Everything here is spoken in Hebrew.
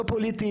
לא פוליטית,